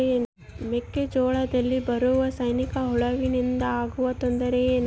ಮೆಕ್ಕೆಜೋಳದಲ್ಲಿ ಬರುವ ಸೈನಿಕಹುಳುವಿನಿಂದ ಆಗುವ ತೊಂದರೆ ಏನು?